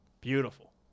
beautiful